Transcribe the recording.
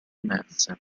emerse